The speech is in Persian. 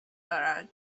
دارد